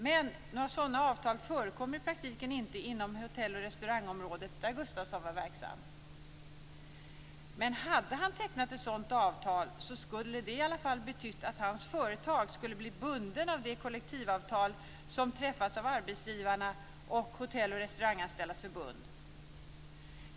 Men några sådana avtal förekommer i praktiken inte inom hotell och restaurangområdet, där Gustafsson var verksam. Men om han hade tecknat ett sådant avtal skulle det i alla fall ha betytt att hans företag blivit bundet av det kollektivavtal som träffats av arbetsgivarna och Hotell och Restauranganställdas Förbund.